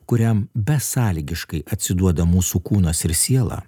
kuriam besąlygiškai atsiduoda mūsų kūnas ir siela